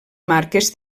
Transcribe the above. marques